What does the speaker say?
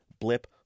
blip